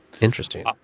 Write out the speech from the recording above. Interesting